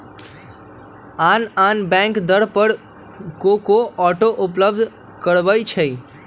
आन आन बैंक दर पर को को ऑटो उपलब्ध करबबै छईं